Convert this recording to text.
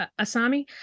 Asami